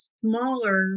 smaller